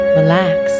relax